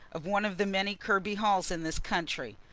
of one of the many kirby halls in this country.